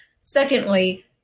Secondly